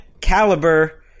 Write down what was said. caliber